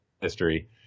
history